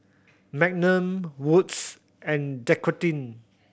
Magnum Wood's and Dequadin